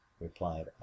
replied